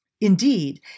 Indeed